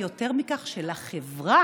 יותר מכך: של החברה,